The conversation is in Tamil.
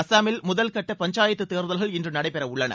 அசாமில் முதல்கட்ட பஞ்சாயத்து தேர்தல்கள் இன்று நடைபெற உள்ளன